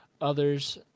others